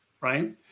right